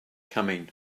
coming